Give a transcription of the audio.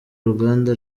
ruganda